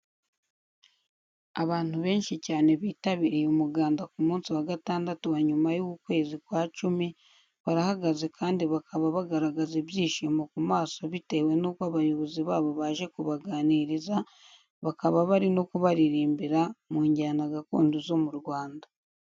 Abantu benshi cyane bitabiriye umuganda ku munsi wa gatandatu wa nyumwa w'ukwezi kwa cumi, barahagaze kandi bakaba bagaragaza ibyishimo ku maso bitewe n'uko abayobozi babo baje kubaganirirza, bakaba bari no kubaririmbira mu njyana gakondo zo mu Rwanda.